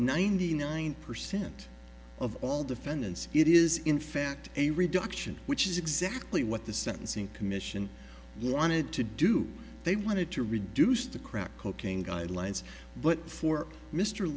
ninety nine percent of all defendants it is in fact a reduction which is exactly what the sentencing commission wanted to do they wanted to reduce the crack cocaine guidelines but for mr